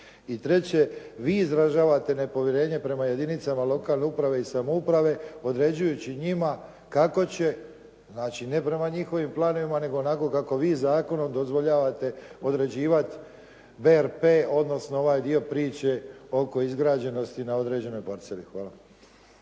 treće, vi izražavate nepovjerenje prema jedinicama lokalne uprave i samouprave određujući njima kako će znači ne prema njihovim planovima nego onako kako vi zakonom dozvoljavate određivati VRP odnosno ovaj dio priče oko izgrađenosti na određenoj parceli. Hvala.